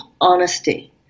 honesty